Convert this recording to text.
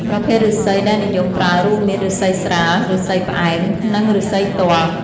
ប្រភេទឫស្សីដែលនិយមប្រើរួមមាន ឫស្សីស្រាល ឫស្សីផ្អែម និងឫស្សីទាស់។